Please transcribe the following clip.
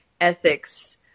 ethics